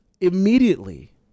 Immediately